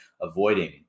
avoiding